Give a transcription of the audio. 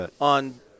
on